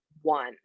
one